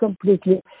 completely